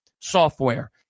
software